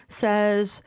says